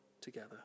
together